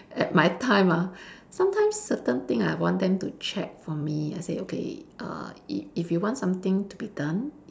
at my time ah sometimes certain thing I want them to check for me I say okay err i~ if you want something to be done